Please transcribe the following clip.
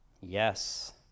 Yes